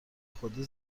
خودی